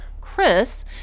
Chris